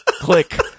click